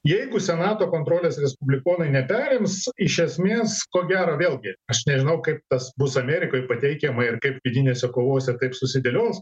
jeigu senato kontrolės respublikonai neperims iš esmės ko gero vėlgi aš nežinau kaip tas bus amerikoj pateikiama ir kaip vidinėse kovose taip susidėlios